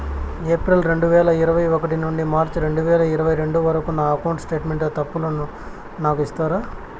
April రెండు వేల ఇరవై ఒకటి నుండి మార్చ్ రెండు వేల ఇరవై రెండు వరకు నా అకౌంట్ స్టేట్మెంట్ తప్పులను నాకు ఇస్తారా?